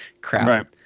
crap